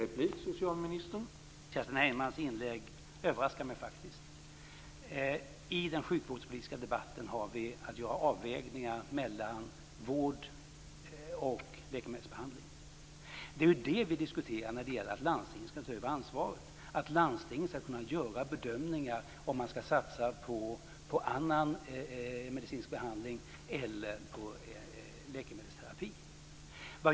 Herr talman! Kerstin Heinemanns inlägg överraskar mig faktiskt. I den sjukvårdspolitiska debatten har vi att göra avvägningar mellan vård och läkemedelsbehandling. Det är det vi diskuterar när det gäller att landstingen skall ta över ansvaret. Landstingen skall kunna göra bedömningar om man skall satsa på annan medicinsk behandling eller på läkemedelsterapi.